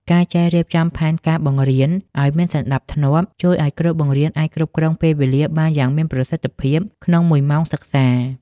ការចេះរៀបចំផែនការបង្រៀន ឱ្យមានសណ្តាប់ធ្នាប់ ជួយឱ្យគ្រូបង្រៀនអាចគ្រប់គ្រងពេលវេលាបានយ៉ាងមានប្រសិទ្ធភាពក្នុងមួយម៉ោងសិក្សា។